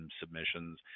submissions